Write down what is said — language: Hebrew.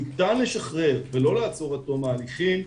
שניתן לשחרר ולא לעצור עד תום ההליכים,